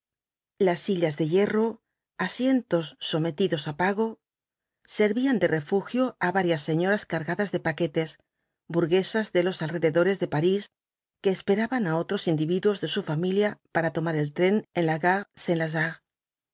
las sillas de hierro asientos sometidos á los auatro jinbtbs dbl apocalipsis pago servían de refugio á varias señoras cargadas de paquetes burguesas de los alrededores de parís que esperaban á otros individuos de su familia para tomar el tren en la gare